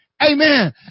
Amen